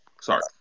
Sorry